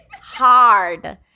hard